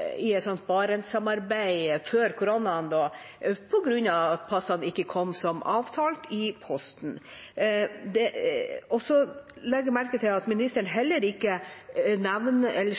et møte om barentssamarbeid på grunn av at passene ikke kom som avtalt i posten. Jeg legger merke til at ministeren heller ikke